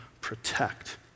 protect